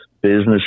business